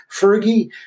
Fergie